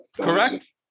correct